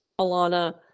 Alana